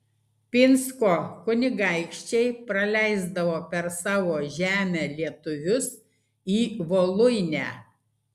pinsko kunigaikščiai praleisdavo per savo žemę lietuvius į voluinę